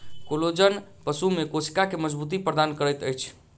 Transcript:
collagen पशु में कोशिका के मज़बूती प्रदान करैत अछि